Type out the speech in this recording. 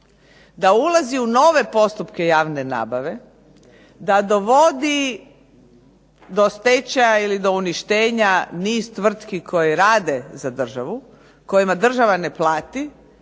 da ulazi u nove postupke javne nabave, da dovodi do stečaja ili do uništenja niz tvrtki koje rade za državu, kojima država ne plati